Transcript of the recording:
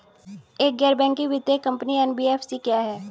एक गैर बैंकिंग वित्तीय कंपनी एन.बी.एफ.सी क्या है?